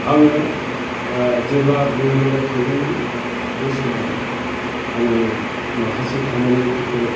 आङो जेब्ला बेंगल'राव थांदोंमोन बे समाव आङो माखासे खामानिफोरखौ